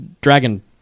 Dragon